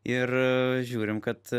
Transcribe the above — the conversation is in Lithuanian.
ir žiūrim kad